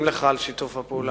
מודים לך על שיתוף הפעולה.